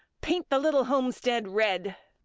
paint the little homestead red!